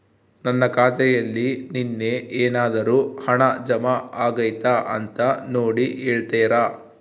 ನನ್ನ ಖಾತೆಯಲ್ಲಿ ನಿನ್ನೆ ಏನಾದರೂ ಹಣ ಜಮಾ ಆಗೈತಾ ಅಂತ ನೋಡಿ ಹೇಳ್ತೇರಾ?